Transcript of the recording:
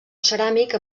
ceràmic